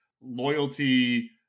loyalty